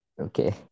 Okay